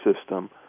system